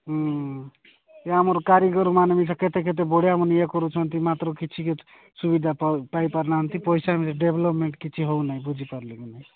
ହୁଁ ଏ ଆମର କାରିଗରମାନେ ବି କେତେ କେତେ ବଢ଼ିଆ ମାନ ଇଏ କରୁଛନ୍ତି ମାତ୍ର କିଛି ସୁବିଧା ପାଇପାରୁନାହାନ୍ତି ପଇସା ବି ଡେଭଲପମେଣ୍ଟ କିଛି ହେଉ ନାହିଁ ବୁଝିପାରିଲୁ କି ନାହିଁ